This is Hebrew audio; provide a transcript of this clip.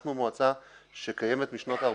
אנחנו מועצה שקיימת משנות ה-40'.